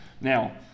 Now